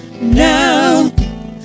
Now